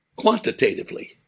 quantitatively